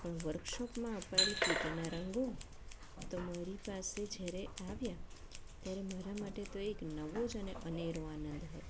પણ વર્કશોપમાં અપાયેલ કિટના રંગો તો મારી પાસે જ્યારે આવ્યા ત્યારે મારા માટે તે એક નવો ને અનેરો આનંદ હતો